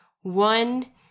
one